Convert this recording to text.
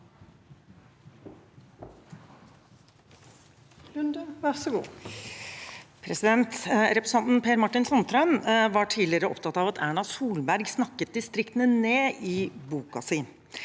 Representan- ten Per Martin Sandtrøen var tidligere opptatt av at Erna Solberg snakket distriktene ned i boken sin.